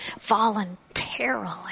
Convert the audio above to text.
voluntarily